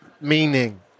meaning